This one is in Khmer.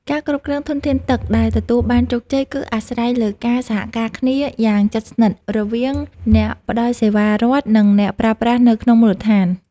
ការគ្រប់គ្រងធនធានទឹកដែលទទួលបានជោគជ័យគឺអាស្រ័យលើការសហការគ្នាយ៉ាងជិតស្និទ្ធរវាងអ្នកផ្តល់សេវារដ្ឋ និងអ្នកប្រើប្រាស់នៅក្នុងមូលដ្ឋាន។